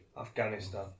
Afghanistan